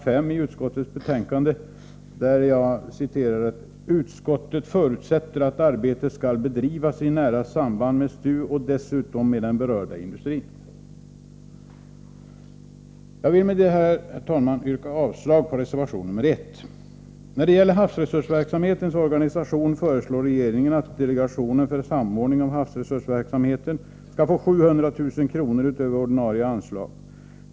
5iutskottets betänkande där det anförs: ”Utskottet förutsätter att arbetet skall bedrivas i nära samverkan med STU och den berörda industrin.” Jag vill med detta, herr talman, yrka avslag på reservation 1. När det gäller havsresursverksamhetens organisation föreslår regeringen att delegationen för samordning av havsresursverksamheten skall få 700 000 kr. utöver ordinarie anslag.